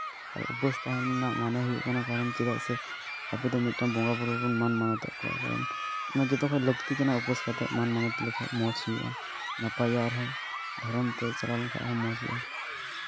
ᱟᱨ ᱩᱯᱟᱹᱥ ᱛᱟᱦᱮᱱ ᱨᱮᱱᱟᱜ ᱢᱟᱱᱮ ᱦᱩᱭᱩᱜ ᱠᱟᱱᱟ ᱠᱟᱨᱚᱱ ᱪᱮᱫᱟᱜ ᱥᱮ ᱟᱵᱚ ᱫᱚ ᱢᱤᱫᱴᱟᱱ ᱵᱚᱸᱜᱟᱼᱵᱩᱨᱩ ᱵᱚᱱ ᱢᱟᱱ ᱢᱟᱱᱚᱛᱮᱜ ᱠᱚᱣᱟ ᱡᱚᱛᱚ ᱠᱷᱚᱡ ᱞᱟᱹᱠᱛᱤ ᱠᱟᱱᱟ ᱩᱯᱟᱹᱥ ᱠᱟᱛᱮᱫ ᱢᱟᱹᱱ ᱢᱟᱱᱚᱛ ᱞᱮᱠᱷᱟᱱ ᱢᱚᱡᱽ ᱦᱩᱭᱩᱜᱼᱟ ᱱᱟᱯᱟᱭᱚᱜᱼᱟ ᱟᱨᱦᱚᱸ ᱫᱷᱚᱨᱚᱢ ᱛᱮ ᱪᱟᱞᱟᱣ ᱞᱮᱱᱠᱷᱟᱱ ᱟᱨᱦᱚᱸ ᱢᱚᱡᱽ ᱦᱩᱭᱩᱜᱼᱟ